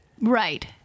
Right